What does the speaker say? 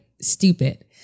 Stupid